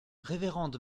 révérende